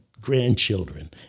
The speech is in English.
grandchildren